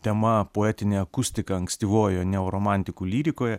tema poetinė akustika ankstyvojo neoromantikų lyrikoje